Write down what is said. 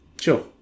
Sure